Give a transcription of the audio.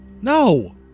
No